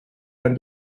ein